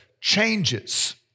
changes